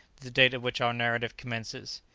the date at which our narrative commences.